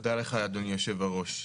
תודה לך אדוני יושב-הראש.